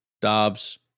Dobbs